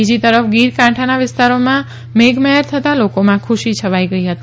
બીજી તરફ ગીરના કાંઠા વિસ્તારોમાં મેઘમહેર થતાં લોકોમાં ખુશી છવાઈ ગઈ હતી